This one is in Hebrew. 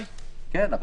כן,